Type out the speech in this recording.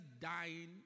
dying